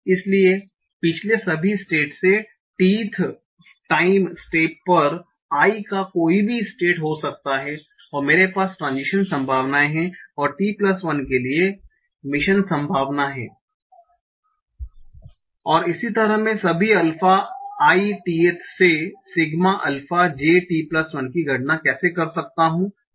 इसलिए पिछले सभी स्टेट्स से t th टाइम स्टेप पर i का कोई भी स्टेट्स हो सकता हूं मेरे पास ट्रान्ज़िशन संभावनाएं हैं और t1 के लिए मिशन संभावना है और इस तरह मैं सभी अल्फा i t th से सिग्मा अल्फा j t1 की गणना कैसे कर सकता हूं